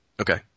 Okay